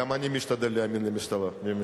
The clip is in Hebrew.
גם אני משתדל להאמין לממשלה.